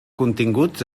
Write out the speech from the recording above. continguts